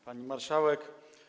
Pani Marszałek!